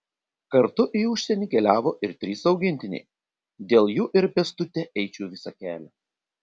kartu į užsienį keliavo ir trys augintiniai dėl jų ir pėstute eičiau visą kelią